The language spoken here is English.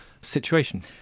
situation